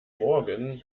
morgen